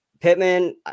Pittman